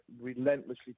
relentlessly